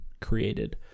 created